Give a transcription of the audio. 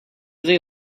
they